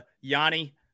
Yanni